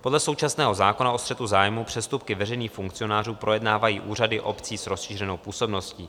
Podle současného zákona o střetu zájmů přestupky veřejných funkcionářů projednávají úřady obcí s rozšířenou působností.